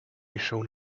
shone